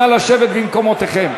נא לשבת במקומותיכם.